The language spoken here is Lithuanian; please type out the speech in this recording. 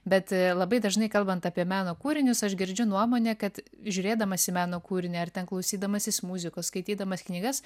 bet labai dažnai kalbant apie meno kūrinius aš girdžiu nuomonę kad žiūrėdamas į meno kūrinį ar ten klausydamasis muzikos skaitydamas knygas